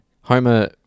Homer